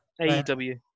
AEW